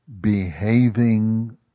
Behaving